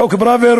חוק פראוור,